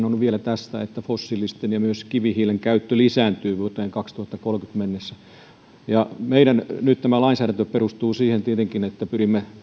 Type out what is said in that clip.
on vielä tästä että fossiilisten ja myös kivihiilen käyttö lisääntyy vuoteen kaksituhattakolmekymmentä mennessä tämä meidän lainsäädäntömme perustuu nyt siihen tietenkin että pyrimme